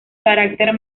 carácter